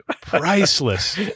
priceless